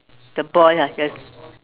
the boy ah the